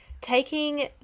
Taking